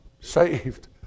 saved